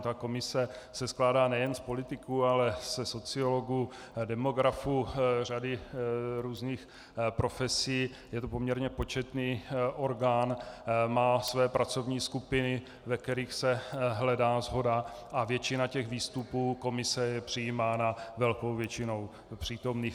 Ta komise se skládá nejen z politiků, ale ze sociologů, demografů, řady různých profesí, je to poměrně početný orgán, má své pracovní skupiny, ve kterých se hledá shoda, a většina výstupů komise je přijímána velkou většinou přítomných.